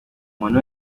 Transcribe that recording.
umuntu